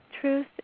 truth